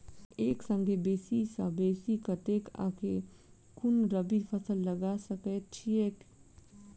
एक संगे बेसी सऽ बेसी कतेक आ केँ कुन रबी फसल लगा सकै छियैक?